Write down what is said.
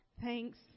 Thanks